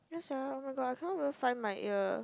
sorry oh my god I cannot even find my ear